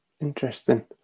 Interesting